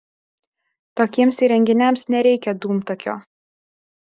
tokiems įrenginiams nereikia dūmtakio